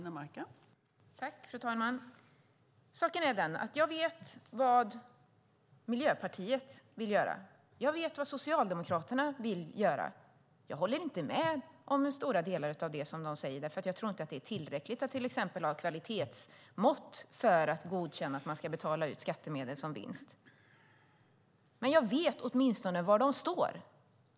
Fru talman! Jag vet vad Miljöpartiet vill göra, och jag vet vad Socialdemokraterna vill göra. Jag håller inte med om stora delar av det de säger, för jag tror inte att det är tillräckligt att till exempel ha kvalitetsmått för att godkänna att man ska betala ut skattemedel som vinst. Men jag vet åtminstone var de står.